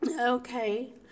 Okay